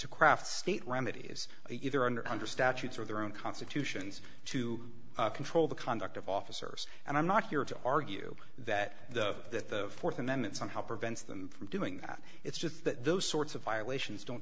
to craft state remedies either under under statutes or their own constitutions to control the conduct of officers and i'm not here to argue that the that the th amendment somehow prevents them from doing that it's just that those sorts of violations don't